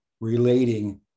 relating